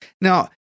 Now